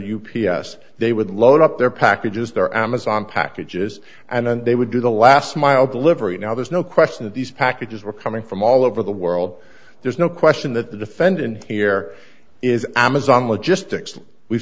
s they would load up their packages their amazon packages and then they would do the last mile delivery now there's no question that these packages were coming from all over the world there's no question that the defendant here is amazon logistics